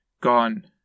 Gone